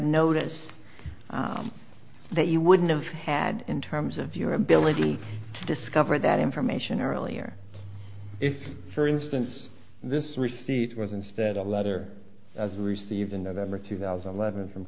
notice that you wouldn't have had in terms of your ability to discover that information earlier if for instance this receipt was instead a letter as received in november two thousand and eleven from